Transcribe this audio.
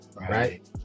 right